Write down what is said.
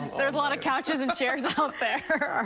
there's a lot of couches and chairs out there.